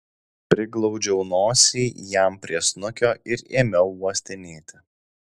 priglaudžiau nosį jam prie snukio ir ėmiau uostinėti